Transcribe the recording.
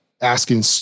asking